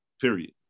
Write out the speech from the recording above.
period